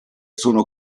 sono